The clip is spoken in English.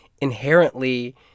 inherently